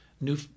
new